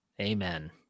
Amen